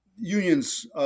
unions